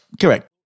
Correct